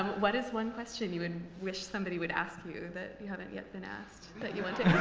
what is one question you would wish somebody would ask you you that you haven't yet been asked, that you want to